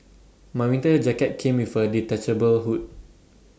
my winter jacket came with A detachable hood